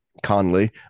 Conley